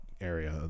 area